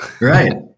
Right